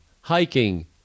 hiking